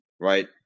right